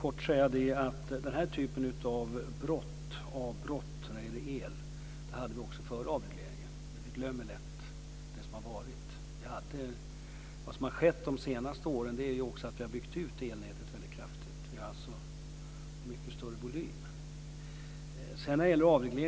Fru talman! Den här typen av elavbrott hade vi också före avregleringen. Men vi glömmer lätt det som har varit. Vad som har skett under de senaste åren är att vi har byggt ut elnätet väldigt kraftigt. Vi har alltså en mycket större volym.